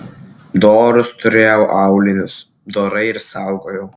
dorus turėjau aulinius dorai ir saugojau